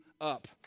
up